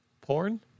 Porn